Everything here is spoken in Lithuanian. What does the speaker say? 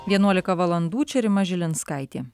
vienuolika valandų čia rima žilinskaitė